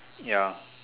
ya